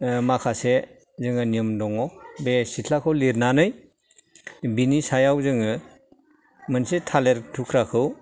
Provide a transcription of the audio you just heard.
जोङो माखासे नियम दङ बे सिथ्लाखौ लेरनानै बेनि सायाव जोङो मोनसे थालेर थुख्राखौ